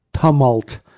tumult